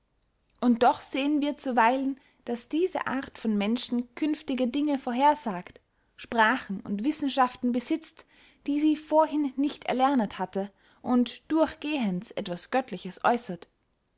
und doch sehen wir zuweilen daß diese art von menschen künftige dinge vorhersagt sprachen und wissenschaften besitzt die sie vorhin nicht erlernet hatte und durchgehends etwas göttliches äussert